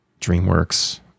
dreamworks